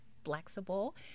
Flexible